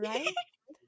Right